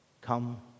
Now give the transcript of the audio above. Come